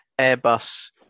Airbus